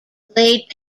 laid